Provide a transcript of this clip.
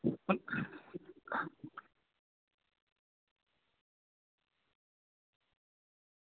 પણ